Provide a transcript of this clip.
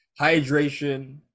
Hydration